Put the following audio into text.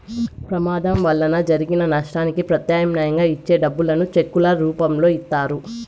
ప్రమాదం వలన జరిగిన నష్టానికి ప్రత్యామ్నాయంగా ఇచ్చే డబ్బులను చెక్కుల రూపంలో ఇత్తారు